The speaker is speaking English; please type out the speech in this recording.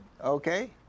Okay